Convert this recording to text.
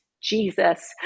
Jesus